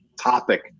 topic